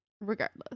regardless